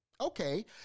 Okay